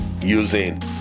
using